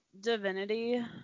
divinity